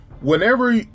Whenever